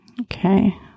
Okay